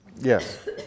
Yes